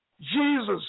Jesus